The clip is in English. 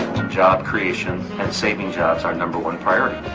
job creation saving jobs are number one priority